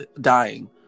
dying